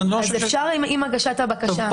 אפשר עם הגשת הבקשה.